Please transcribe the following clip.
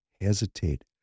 hesitate